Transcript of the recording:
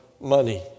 money